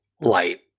light